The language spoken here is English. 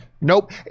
Nope